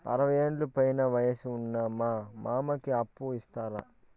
అరవయ్యేండ్ల పైన వయసు ఉన్న మా మామకి అప్పు ఇస్తారా